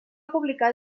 publicar